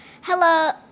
hello